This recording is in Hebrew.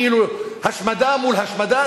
כאילו השמדה מול השמדה,